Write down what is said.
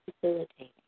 facilitating